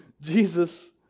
Jesus